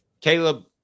Caleb